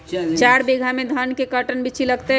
चार बीघा में धन के कर्टन बिच्ची लगतै?